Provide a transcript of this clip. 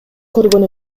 көргөн